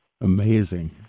amazing